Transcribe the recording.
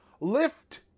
lift